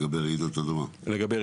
לגבי רעידות אדמה,